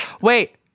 Wait